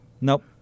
Nope